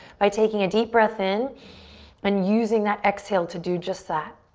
by taking a deep breath in and using that exhale to do just that.